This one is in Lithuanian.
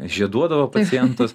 žieduodavo pacientus